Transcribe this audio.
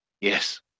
Yes